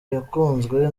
yakunzwe